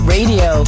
Radio